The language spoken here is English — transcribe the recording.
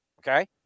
Okay